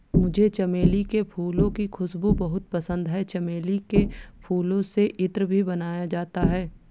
मुझे चमेली के फूलों की खुशबू बहुत पसंद है चमेली के फूलों से इत्र भी बनाया जाता है